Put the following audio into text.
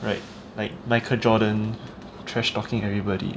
right like michael jordan trash talking everybody